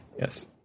Yes